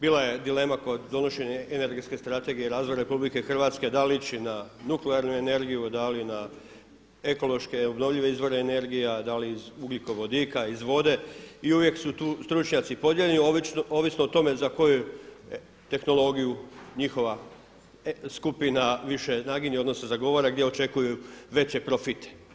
Bila je dilema kod donošenja energetske strategije i razvoja RH da li ići na nuklearnu energiju, da li na ekološke, obnovljive izvore energija, da li iz ugljikovodika, iz vode i uvijek su tu stručnjaci podijeljeni ovisno o tome za koju tehnologiju njihova skupina više naginje odnosno zagovara gdje očekuju veće profite.